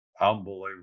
Unbelievable